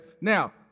Now